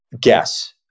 guess